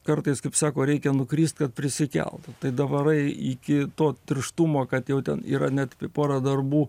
kartais kaip sako reikia nukrist kad prisikeltum tai davarai iki to tirštumo kad jau ten yra net pora darbų